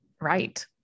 right